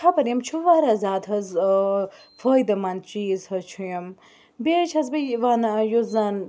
خبر یِم چھِ واریاہ زیادٕ حظ فٲیدٕ مَنٛد چیٖز حظ چھِ یِم بیٚیہِ حظ چھَس بہٕ یہِ وَنان یُس زَن